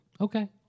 Okay